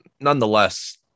nonetheless